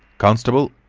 constable,